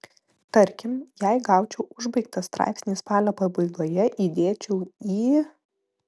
tarkim jei gaučiau užbaigtą straipsnį spalio pabaigoje įdėčiau į